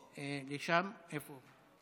הינה, הוא פה.